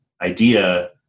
idea